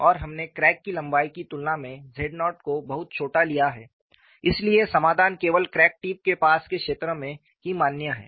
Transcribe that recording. और हमने क्रैक की लंबाई की तुलना में z0 को बहुत छोटा लिया है इसलिए समाधान केवल क्रैक टिप के पास के क्षेत्र में ही मान्य है